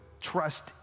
trust